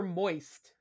moist